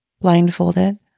blindfolded